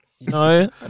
no